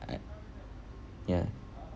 ya